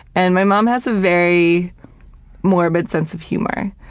and my mom has a very morbid sense of humor.